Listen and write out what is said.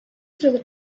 through